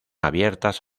abiertas